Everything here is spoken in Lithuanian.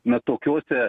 na tokiuose